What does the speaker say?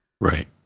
Right